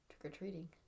trick-or-treating